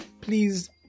please